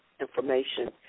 information